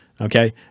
Okay